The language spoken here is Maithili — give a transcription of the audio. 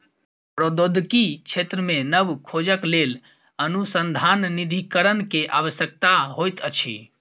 प्रौद्योगिकी क्षेत्र मे नब खोजक लेल अनुसन्धान निधिकरण के आवश्यकता होइत अछि